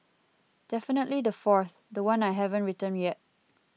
definitely the fourth the one I haven't written yet